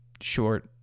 short